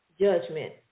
judgment